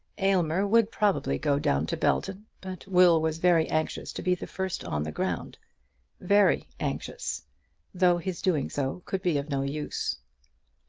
aylmer would probably go down to belton, but will was very anxious to be the first on the ground very anxious though his doing so could be of no use.